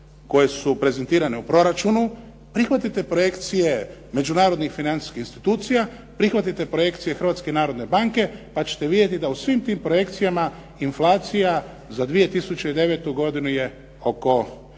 koje su prezentirane u proračunu, prihvatite projekcije međunarodnih financijskih institucija, prihvatite projekcije Hrvatske narodne banke pa ćete vidjeti da u svim tim projekcijama inflacija za 2009. godinu je oko 3,5%.